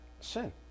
sin